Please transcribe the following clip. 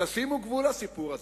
תשימו גבול לסיפור הזה.